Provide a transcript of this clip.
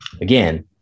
again